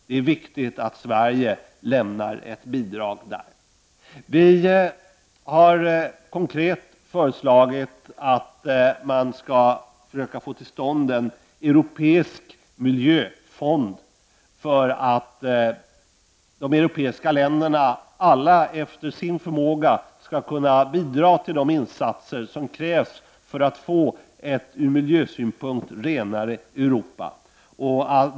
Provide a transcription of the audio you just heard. Det är viktigt att Sverige lämnar ett bidrag där. Vi har konkret föreslagit att man skall försöka få till stånd en europeisk miljöfond för att de europeiska länderna, alla efter sin förmåga, skall kunna bidra till de insatser som krävs för att få ett ur miljösynpunkt renare Europa.